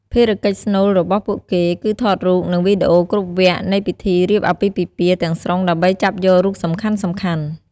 ភារកិច្ចស្នូលរបស់ពួកគេ គឺថតរូប និងវីដេអូគ្រប់វគ្គនៃពិធីរៀបអាពាហ៍ពិពាហ៍ទាំងស្រុងដើម្បីចាប់យករូបសំខាន់ៗ។